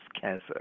cancer